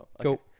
go